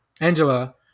Angela